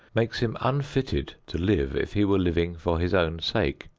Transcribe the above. makes him unfitted to live if he were living for his own sake.